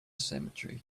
cemetery